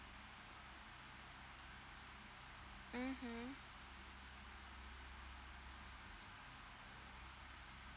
mmhmm